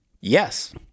Yes